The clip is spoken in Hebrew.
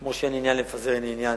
כמו שאין עניין לפזר, אין עניין